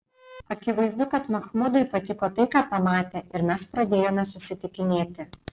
akivaizdu kad machmudui patiko tai ką pamatė ir mes pradėjome susitikinėti